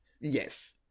Yes